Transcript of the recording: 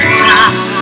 time